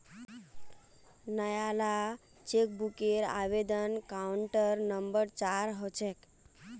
नयाला चेकबूकेर आवेदन counter number चार ह छेक